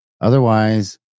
Otherwise